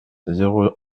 zéro